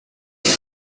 hält